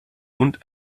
und